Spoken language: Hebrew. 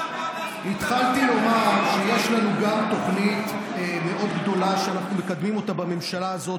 התחלתי לומר שיש לנו גם תוכנית מאוד גדולה שאנחנו מקדמים בממשלה הזאת,